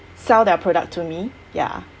sell their product to me ya